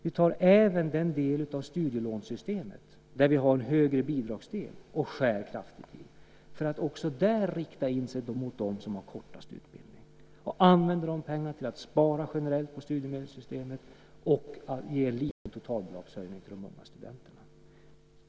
Ni tar även den del av studielånssystemet där vi har en högre bidragsdel och skär kraftigt i den, för att också där rikta in er mot dem som har kortast utbildning, använda de pengarna till att spara generellt på studiemedelssystemet och ge en liten totalbidragshöjning till de unga studenterna.